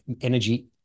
energy